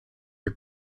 are